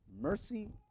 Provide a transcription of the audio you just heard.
mercy